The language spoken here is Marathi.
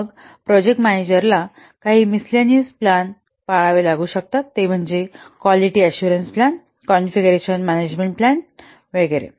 मग प्रोजेक्ट मॅनेजरांना project manager काही मिससल्लानेऊस प्लान पाळावे लागू शकतात ते म्हणजे quality assurance plan configuration management plan वगैरे